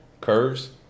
curves